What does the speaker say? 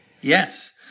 Yes